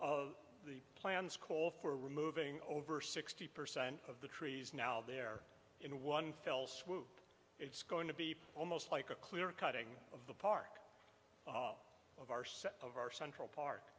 of the plans call for removing over sixty percent of the trees now there in one fell swoop it's going to be almost like a clear cutting of the park of our set of our central